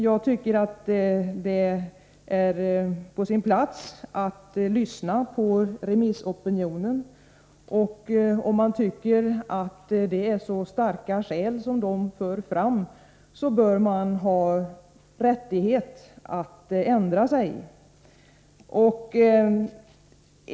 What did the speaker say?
Jag tycker emellertid att det är på sin plats att lyssna på remissopinionen, och om man tycker att den för fram starka skäl, bör man ha rättighet att ändra sig.